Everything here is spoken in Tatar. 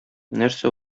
нәрсә